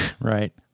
Right